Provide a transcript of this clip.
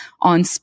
on